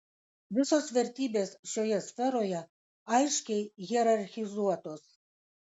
visos vertybės šioje sferoje aiškiai hierarchizuotos